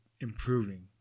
improving